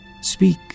Speak